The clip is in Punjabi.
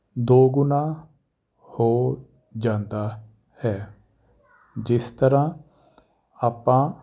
ਦੋ ਗੁਣਾ ਹੋ ਜਾਂਦਾ ਹੈ ਜਿਸ ਤਰ੍ਹਾਂ ਆਪਾਂ